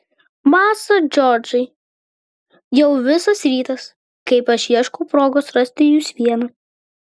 masa džordžai jau visas rytas kaip aš ieškau progos rasti jus vieną